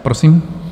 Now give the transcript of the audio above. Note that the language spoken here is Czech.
Prosím.